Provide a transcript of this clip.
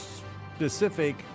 specific